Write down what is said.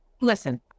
Listen